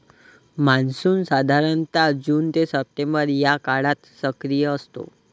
monsoon साधारणतः June ते September या काळात सक्रिय असतो